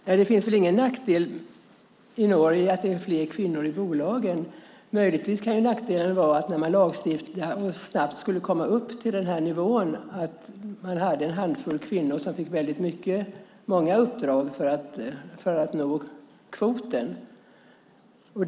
Fru talman! Det är väl ingen nackdel att det i Norge är fler kvinnor i bolagen. Möjligtvis kan det vara en nackdel att man när man lagstiftat och snabbt skulle komma upp till nivån i fråga hade en handfull kvinnor som fick väldigt många uppdrag för att kvoten skulle uppnås.